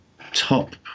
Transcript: top